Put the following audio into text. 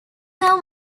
have